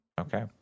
Okay